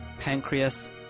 pancreas